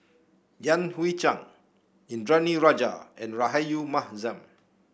Yan Hui Chang Indranee Rajah and Rahayu Mahzam